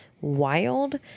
wild